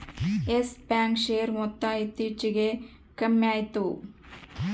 Yes Bank share ಮೊತ್ತ ಇತ್ತೀಚಿಗೆ ಕಮ್ಮ್ಯಾತು